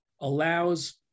allows